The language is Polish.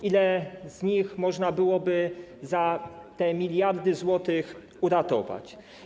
Wiele z nich można byłoby za te miliardy złotych uratować.